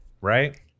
right